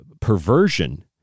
perversion